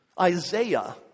Isaiah